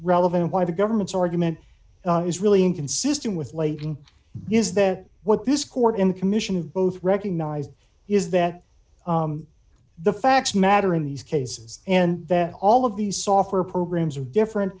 relevant why the government's argument is really inconsistent with labeling is that what this court in the commission of both recognized is that the facts matter in these cases and that all of these software programs are different